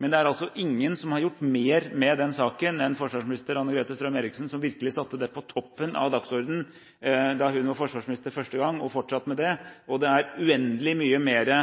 Men det er ingen som har gjort mer med den saken enn forsvarsminister Anne-Grete Strøm-Erichsen, som virkelig satte det på toppen på dagsordenen da hun var forsvarsminister første gang, og har fortsatt med det. Det er uendelig mange flere